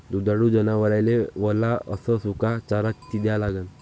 दुधाळू जनावराइले वला अस सुका चारा किती द्या लागन?